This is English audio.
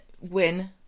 win